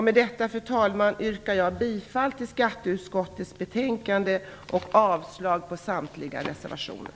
Med detta, fru talman, yrkar jag bifall till hemställan i skatteutskottets betänkande och avslag på samtliga reservationer.